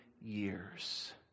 years